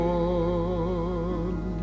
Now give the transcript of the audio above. one